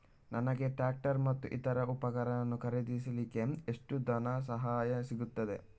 ನನಗೆ ಟ್ರ್ಯಾಕ್ಟರ್ ಮತ್ತು ಇತರ ಉಪಕರಣ ಖರೀದಿಸಲಿಕ್ಕೆ ಎಷ್ಟು ಧನಸಹಾಯ ಸಿಗುತ್ತದೆ?